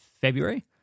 february